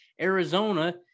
Arizona